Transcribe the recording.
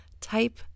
type